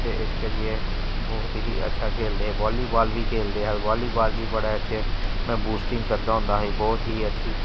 ते इस करियै बहुत ही अच्छा खेलदे बाली बॉल बी खेलदे अस बाली बाल च बड़े अच्छे में बूस्टिंग करदा होंदा बहत ही अच्छी